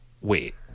wait